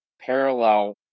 Parallel